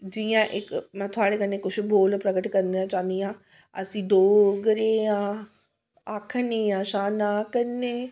जियां इक में थुआढ़े कन्नै कुछ में बोल प्रकट करना चाह्न्नी आं अस्सी डोगरे आं आखने आं शानै कन्नै